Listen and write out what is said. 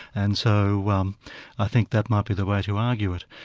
and so um i think that might be the way to argue it.